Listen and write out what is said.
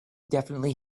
definitely